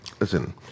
Listen